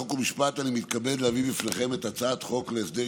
חוק ומשפט אני מתכבד להביא בפניכם את הצעת חוק להסדר